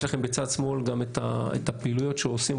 יש בצד שמאל את הפעילויות שעושים,